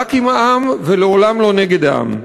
רק עם העם ולעולם לא נגד העם.